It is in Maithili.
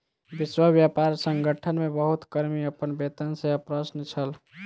विश्व व्यापार संगठन मे बहुत कर्मी अपन वेतन सॅ अप्रसन्न छल